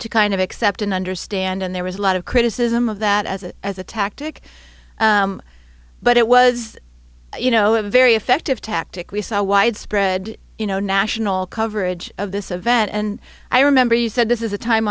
to kind of accept and understand and there was a lot of criticism of that as a as a tactic but it was you know a very effective tactic we saw widespread you know national coverage of this event and i remember you said this is a time